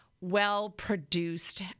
well-produced